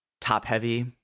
top-heavy